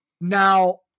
Now